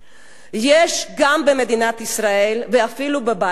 יש גם במדינת ישראל, ואפילו בבית הזה,